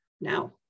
now